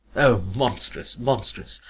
o monstrous, monstrous!